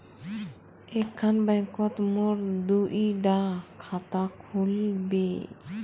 एक खान बैंकोत मोर दुई डा खाता खुल बे?